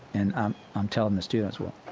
and i'm telling the students, well,